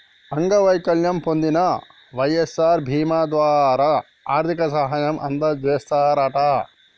అంగవైకల్యం పొందిన వై.ఎస్.ఆర్ బీమా ద్వారా ఆర్థిక సాయం అందజేస్తారట